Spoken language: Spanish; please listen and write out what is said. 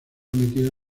emitido